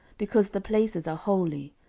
because the places are holy,